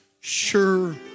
sure